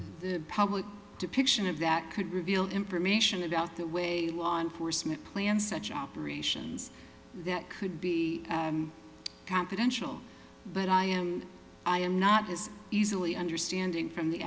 the public depiction of that could reveal information about the way law enforcement planned such operations that could be confidential but i am i am not as easily understanding from the